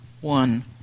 one